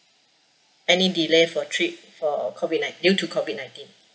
any delay for trip for COVID nine~ due to COVID nineteen